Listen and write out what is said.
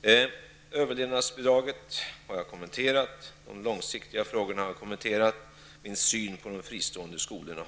Jag har därmed kommenterat överlevnadsbidraget, de långsiktiga frågorna och min syn på de fristående skolorna.